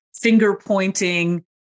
finger-pointing